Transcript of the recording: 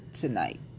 tonight